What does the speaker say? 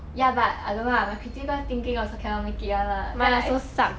ya but I don't know lah my critical thinking also cannot make it [one] lah ya